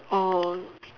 oh